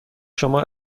شما